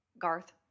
Garth